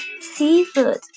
Seafood